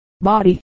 body